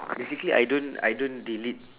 basically I don't I don't delete